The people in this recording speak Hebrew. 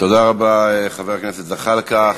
תודה רבה, חבר הכנסת זחאלקה.